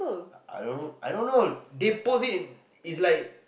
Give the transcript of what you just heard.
I don't know I don't know they post it it's like